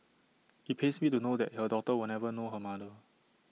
IT pains me to know that her daughter will never know her mother